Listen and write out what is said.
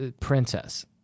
princess